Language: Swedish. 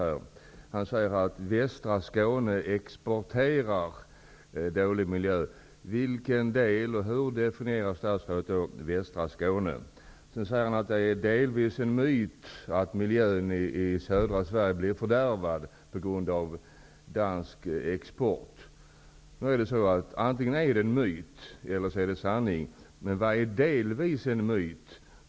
Statsrådet sade att västra Skåne exporterar dålig miljö. Hur definierar statsrådet västra Skåne? Vidare sade statstrådet att det delvis är en myt att miljön i södra Sverige blir fördärvad till följd av dansk export. Antingen är det fråga om en myt eller också är det en sanning. Men vad innebär ''delvis en myt''?